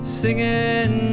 singing